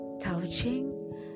touching